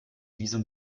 visum